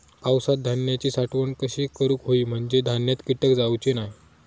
पावसात धान्यांची साठवण कशी करूक होई म्हंजे धान्यात कीटक जाउचे नाय?